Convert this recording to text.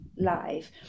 live